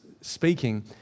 speaking